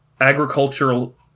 agricultural